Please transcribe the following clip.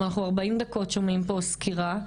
אנחנו 40 דקות שומעים פה סקירה,